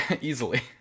easily